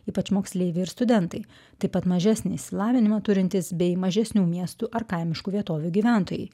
ypač moksleiviai ir studentai taip pat mažesnį išsilavinimą turintys bei mažesnių miestų ar kaimiškų vietovių gyventojai